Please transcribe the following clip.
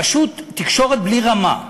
פשוט תקשורת בלי רמה.